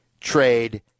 trade